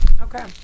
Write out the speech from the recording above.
Okay